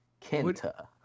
Kenta